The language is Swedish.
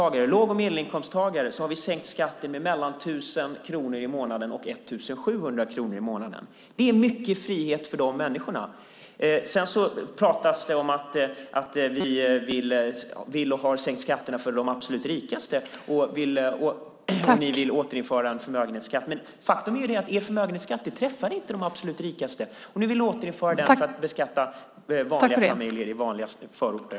För låg och medelinkomsttagare har vi sänkt skatten med mellan 1 000 och 1 700 kronor i månaden. Det är mycket frihet för de människorna. Sedan talas det om att vi vill sänka och har sänkt skatterna för de absolut rikaste. Ni vill också återinföra en förmögenhetsskatt. Faktum är dock att er förmögenhetsskatt inte träffar de absolut rikaste. Nu vill ni återinföra den för att beskatta vanliga familjer i vanliga förorter.